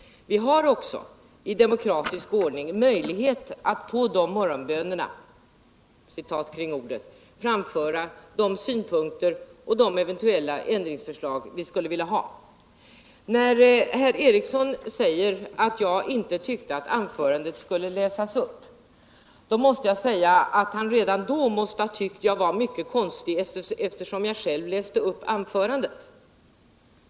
Vi kan också i demokratisk ordning vid dessa ”morgonböner” framföra synpunkter och eventuella ändringsförslag. Herr Ericson sade att jag inte tyckte att anförandet skulle läsas upp, men då måste han redan vid den ifrågavarande tidpunkten ha ansett att jag var mycket konstig, eftersom jag ju faktiskt själv läste upp anförandet.